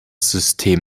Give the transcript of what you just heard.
system